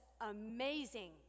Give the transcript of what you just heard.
amazing